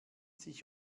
sich